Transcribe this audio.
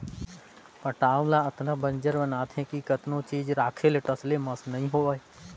पटांव ल अतना बंजर बनाथे कि कतनो चीज राखे ले टस ले मस नइ होवय